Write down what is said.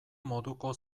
moduko